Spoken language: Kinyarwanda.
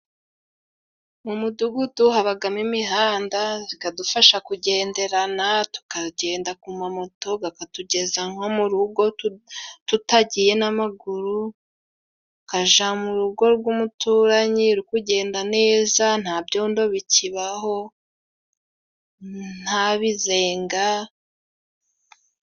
Mu mudugudu habagamo imihanda zikadufasha kugenderana, tukagenda ku mamoto gakatugeza nko mu rugo tutagiye n'amaguru, ukaja mu rugo rw'umuturanyi uri kugenda neza, ntabyondo bikibaho ,ntabizenga.